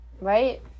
Right